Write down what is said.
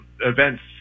events